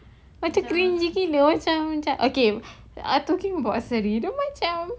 macam cringy gila macam macam okay I talking about seri dia macam